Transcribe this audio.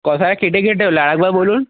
কথাটা কেটে কেটে গেল আরেকবার বলুন